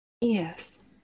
Yes